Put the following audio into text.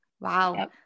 Wow